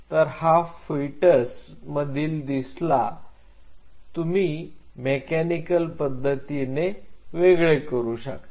तर या फिटस मधील दिसला तुम्ही मेकॅनिकल पद्धतीने वेगळे करू शकता